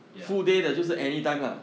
ya